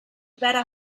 better